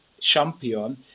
champion